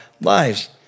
lives